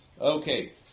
Okay